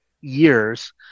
years